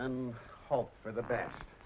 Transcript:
and hope for the best